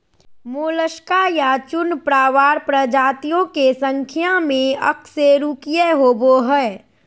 Mollusca या चूर्णप्रावार प्रजातियों के संख्या में अकशेरूकीय होबो हइ